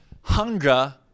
hunger